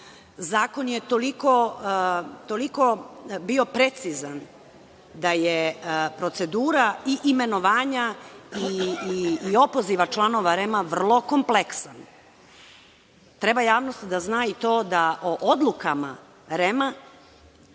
Zakon je toliko bio precizan da je procedura i imenovanja i opoziva članova REM-a vrlo kompleksna. Treba javnost da zna i to da o odlukama REM-a